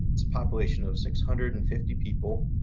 it's a population of six hundred and fifty people.